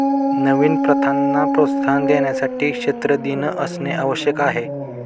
नवीन प्रथांना प्रोत्साहन देण्यासाठी क्षेत्र दिन असणे आवश्यक आहे